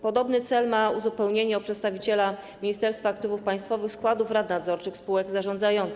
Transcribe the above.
Podobny cel ma uzupełnienie o przedstawiciela Ministerstwa Aktywów Państwowych składów rad nadzorczych spółek zarządzających.